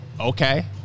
Okay